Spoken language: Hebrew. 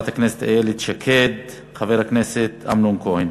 איילת שקד ואמנון כהן.